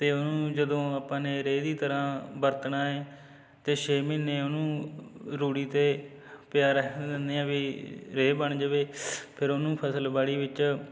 ਅਤੇ ਉਹਨੂੰ ਜਦੋਂ ਆਪਾਂ ਨੇ ਰੇਹ ਦੀ ਤਰ੍ਹਾਂ ਵਰਤਣਾ ਹੈ ਅਤੇ ਛੇ ਮਹੀਨੇ ਉਹਨੂੰ ਰੂੜੀ ਅਤੇ ਪਿਆ ਰਹਿਣ ਦਿੰਦੇ ਆ ਵੀ ਰੇਹ ਬਣ ਜਾਵੇ ਫਿਰ ਉਹਨੂੰ ਫਸਲਬਾੜੀ ਵਿੱਚ